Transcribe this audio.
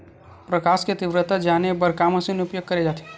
प्रकाश कि तीव्रता जाने बर का मशीन उपयोग करे जाथे?